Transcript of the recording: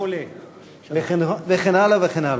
וכן הלאה וכן הלאה.